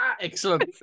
excellent